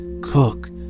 Cook